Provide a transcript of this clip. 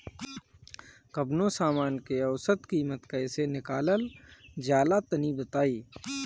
कवनो समान के औसत कीमत कैसे निकालल जा ला तनी बताई?